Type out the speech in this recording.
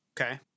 Okay